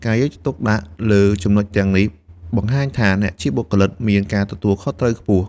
ការយកចិត្តទុកដាក់លើចំណុចទាំងនេះបង្ហាញថា អ្នកជាបុគ្គលិកមានការទទួលខុសត្រូវខ្ពស់។